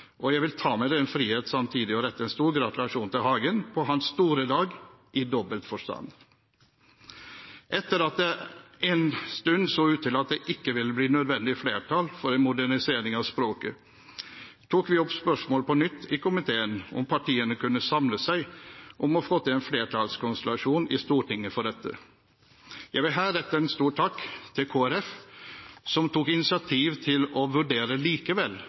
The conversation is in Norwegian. og jeg vil ta meg den frihet å rette en stor gratulasjon til Hagen på hans store dag – i dobbel forstand. Etter at det en stund så ut til at det ikke ville bli nødvendig flertall for en modernisering av språket, tok vi i komiteen på nytt opp spørsmålet om partiene kunne samle seg om å få til en flertallskonstellasjon i Stortinget for dette. Jeg vil her rette en stor takk til Kristelig Folkeparti som tok initiativ til likevel å vurdere